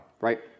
Right